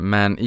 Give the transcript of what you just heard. Men